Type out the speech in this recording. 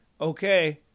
Okay